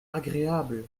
agréable